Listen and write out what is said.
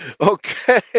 Okay